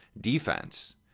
defense